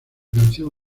canción